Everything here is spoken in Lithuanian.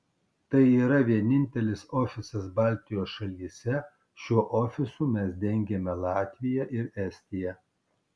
tai yra vienintelis ofisas baltijos šalyse šiuo ofisu mes dengiame latviją ir estiją